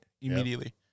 immediately